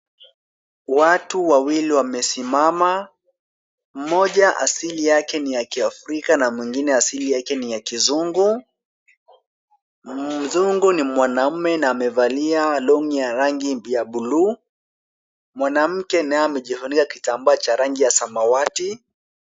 Watu wawili wamesimama, mmoja asili yake ni ya kiafrika na mwingine asili yake ni ya kizungu. Mzungu ni mwanaume na amevalia longi ya rangi ya bluu, mwanamke naye amejifunika kitambaa ya rangi ya samawati.